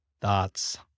thoughts